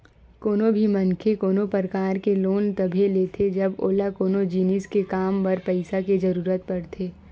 कोनो भी मनखे कोनो परकार के लोन तभे लेथे जब ओला कोनो जिनिस के काम बर पइसा के जरुरत पड़थे